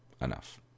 enough